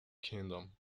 kingdom